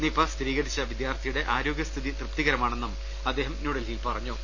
Nipah സ്ഥിരീകരിച്ച വിദ്യാർത്ഥിയുടെ ആരോഗ്യസ്ഥിതി തൃപ്തികരമാണെന്നും അദ്ദേഹം ന്യൂഡൽഹിയിൽ പറഞ്ഞു